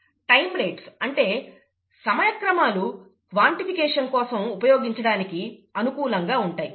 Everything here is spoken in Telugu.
టైం రేట్స్ అంటే సమయక్రమాలు క్వాన్టిఫికేషన్ కోసం ఉపయోగించడానికి అనుకూలంగా ఉంటాయి